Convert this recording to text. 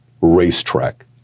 racetrack